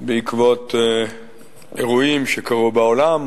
בעקבות אירועים שקרו בעולם